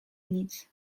nic